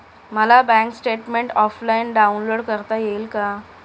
मला bank statement offline download करता येईल का?